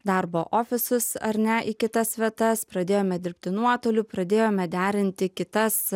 darbo ofisus ar ne į kitas vietas pradėjome dirbti nuotoliu pradėjome derinti kitas